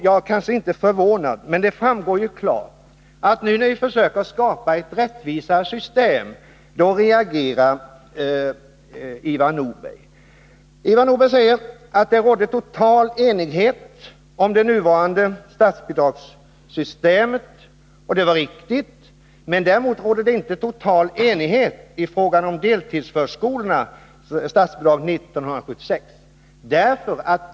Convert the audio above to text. Jag kan inte säga att det förvånar mig att Ivar Nordberg reagerar när vi försöker skapa ett rättvisare system på detta område. Han sade att det råder total enighet om det nuvarande statsbidragssystemet, och det är riktigt. Däremot rådde det inte total enighet om det beslut som fattades år 1976 om statsbidrag till deltidsförskolorna.